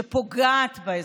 שפוגע באזרחים,